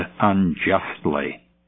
unjustly